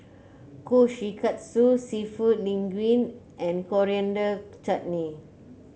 Kushikatsu seafood Linguine and Coriander Chutney